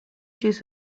juice